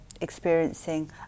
experiencing